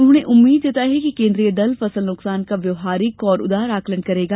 उन्होंने उम्मीद जताई की केन्द्रीय दल फसल नुकसान का व्यवहारिक और उदार आंकलन करेगा